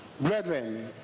brethren